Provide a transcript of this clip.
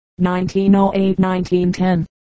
1908-1910